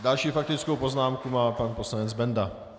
Další faktickou poznámku má pan poslanec Benda.